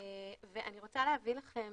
אני רוצה להביא לכם